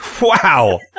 Wow